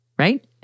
Right